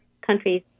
countries